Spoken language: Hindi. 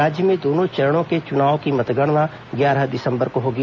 राज्य में दोनों चरणों के चुनाव की मतगणना ग्यारह दिसम्बर को होगी